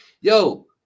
Yo